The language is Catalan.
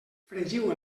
fregiu